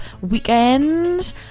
weekend